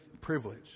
privilege